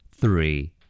three